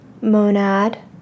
monad